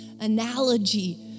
analogy